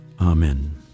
amen